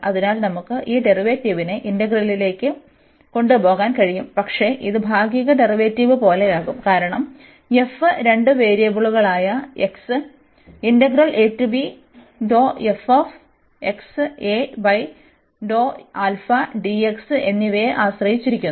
അതിനാൽ നമുക്ക് ഈ ഡെറിവേറ്റീവിനെ ഇന്റഗ്രലിലേക്ക് കൊണ്ടുപോകാൻ കഴിയും പക്ഷേ ഇത് ഭാഗിക ഡെറിവേറ്റീവ് പോലെയാകും കാരണം f രണ്ട് വേരിയബിളുകളായ x എന്നിവയെ ആശ്രയിച്ചിരിക്കുന്നു